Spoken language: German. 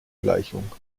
gleichung